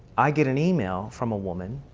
i get an email from a woman,